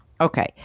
Okay